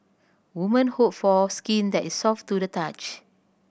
women hope for skin that is soft to the touch